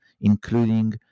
including